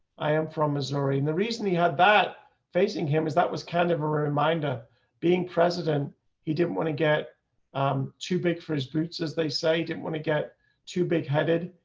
i am from missouri and the reason he had that facing him is that was kind of a reminder being president he didn't want to um too big for his boots, as they say, didn't want to get too big headed,